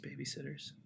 babysitters